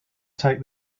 take